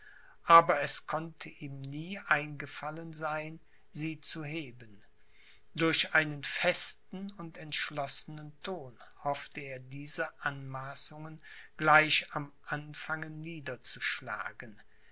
aber es konnte ihm nie eingefallen sein sie zu heben durch einen festen und entschlossenen ton hoffte er diese anmaßungen gleich am anfange niederzuschlagen